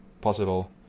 possible